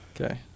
Okay